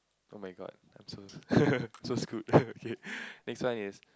oh-my-god I'm so so screwed K next one is